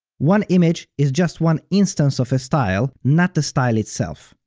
one image is just one instance of a style, not the style itself.